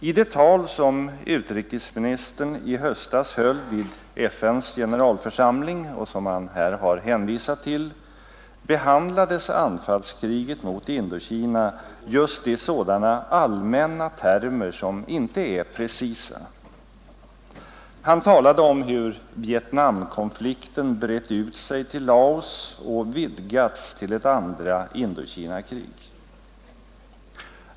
I det tal som utrikesminister Wickman i höstas höll vid FN:s generalförsamling och som han här har hänvisat till behandlades anfallskriget mot Indokina just i sådana allmänna termer som inte är precisa. Han talade om hur ”Vietnamkonflikten brett ut sig till Laos och vidgats till ett andra Indokinakrig”.